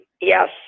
yes